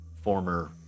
former